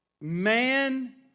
Man